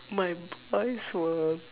my boys were